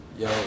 Yo